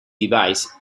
device